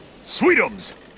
Sweetums